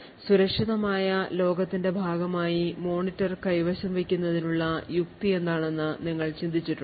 സുരക്ഷിതമായ ലോകത്തിന്റെ ഭാഗമായി മോണിറ്റർ കൈവശം വയ്ക്കുന്നതിനുള്ള യുക്തി എന്താണെന്ന് നിങ്ങൾ ചിന്തിക്കുന്നുണ്ടോ